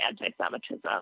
anti-Semitism